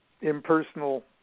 impersonal